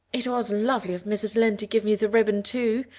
it was lovely of mrs. lynde to give me the ribbon too.